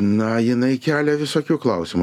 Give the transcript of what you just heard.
na jinai kelia visokių klausimų